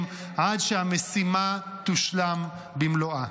עד שהמשימה תושלם במלואה.